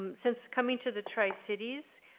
um since coming to the tri cities,